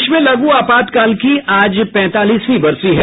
देश में लागू आपातकाल की आज पैंतालीसवीं बरसी है